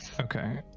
Okay